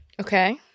Okay